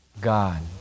God